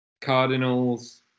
Cardinals